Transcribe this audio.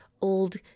old